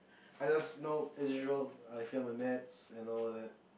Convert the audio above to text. I just know as usual I failed my maths and all that